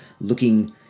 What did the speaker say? looking